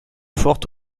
forte